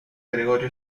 gregorio